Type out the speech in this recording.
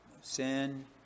Sin